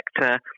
sector